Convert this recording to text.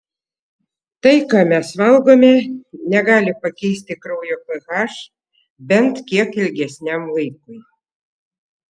tai ką mes valgome negali pakeisti kraujo ph bent kiek ilgesniam laikui